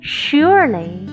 surely